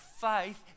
faith